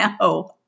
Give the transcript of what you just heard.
no